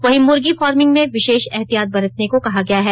वहीं मुर्गी फार्मिंग में विशेष ऐहतियात बरतने को कहा गया है